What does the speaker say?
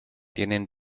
tienen